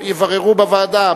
יבררו בוועדה.